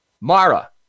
Mara